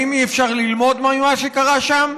האם אי-אפשר ללמוד ממה שקרה שם?